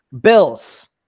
Bills